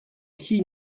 kij